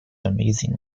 amazing